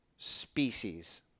species